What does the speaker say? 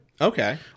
Okay